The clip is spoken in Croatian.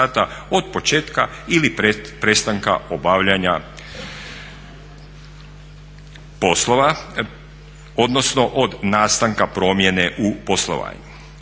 od početka ili prestanka obavljanja poslova, odnosno od nastanka promjene u poslovanju.